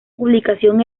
publicación